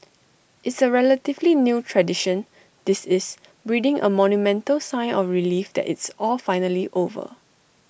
it's A relatively new tradition this is breathing A monumental sigh of relief that it's all finally over